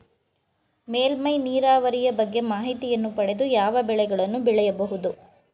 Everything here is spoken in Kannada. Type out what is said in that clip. ಮೇಲ್ಮೈ ನೀರಾವರಿಯ ಬಗ್ಗೆ ಮಾಹಿತಿಯನ್ನು ಪಡೆದು ಯಾವ ಬೆಳೆಗಳನ್ನು ಬೆಳೆಯಬಹುದು?